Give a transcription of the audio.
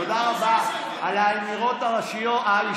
תודה רבה על האמירות האישיות.